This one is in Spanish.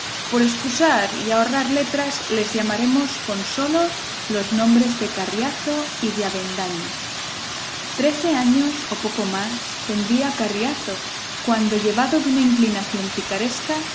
por escusar y ahorrar letras les llamaremos con solos los nombres de carriazo y de avendaño trece años o poco más tendría carriazo cuando llevado de una inclinación picaresca